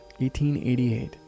1888